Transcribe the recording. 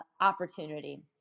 opportunity